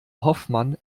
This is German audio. hoffmann